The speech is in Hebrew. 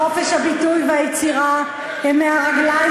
חופש הביטוי וחופש היצירה הם מהרגליים